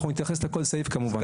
נתייחס לכל סעיף כמובן.